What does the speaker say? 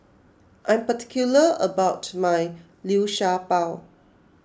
I am particular about my Liu Sha Bao